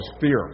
fear